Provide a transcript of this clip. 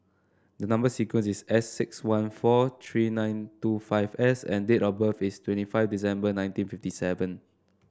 the number sequence is S six one four three nine two five S and date of birth is twenty five December nineteen fifty seven